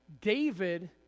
David